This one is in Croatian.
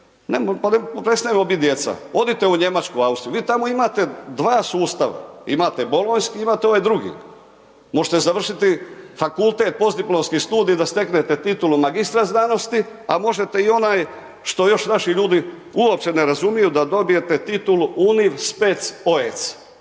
vidite? Pa prestanimo bit djeca, odite u Njemačku, Austriju, vi tamo imate dva sustava, imate bolonjski, imate ovaj drugi. Možete završiti fakultet, postdiplomski studij da steknete titulu magistra znanosti a možete i onaj što još vaši ljudi uopće ne razumiju da dobijete titulu univ.spec.oec.